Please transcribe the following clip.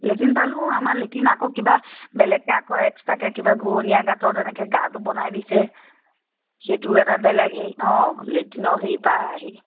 Latin পালোঁ আমাৰ latrine আকৌ কিবা বেলেগকৈ আকৌ এক্সটাকৈ কিবা ঘূৰণীয়া গাঁতৰ তেনেকৈ গাঁতো বনাই দিছে সেইটোও এটা বেলেগ হেৰি অ' লেটনৰ হেৰিৰপৰা আহি